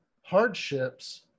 hardships